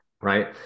right